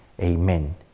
Amen